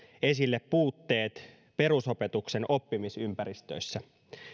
esille puutteet perusopetuksen oppimisympäristöissä